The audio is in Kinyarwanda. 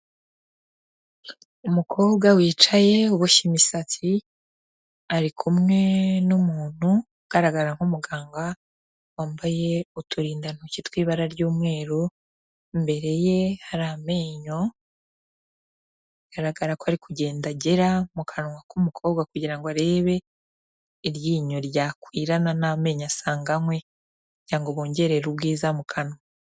Umukobwa wicaye uboshye imisatsi, ari kumwe n'umuntu ugaragara nk'umuganga, wambaye uturindantoki tw'ibara ry'umweru, imbere ye hari amenyo, bigaragara ko ari kugenda agera mu kanwa k'umukobwa, kugira ngo arebe iryinyo ryakwirana n'amenyo asanganywe, kugira ngo bongerere ubwiza mu kanwa.